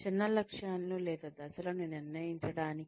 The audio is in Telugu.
చిన్న లక్ష్యాలను లేదా దశలను నిర్ణయించడానికి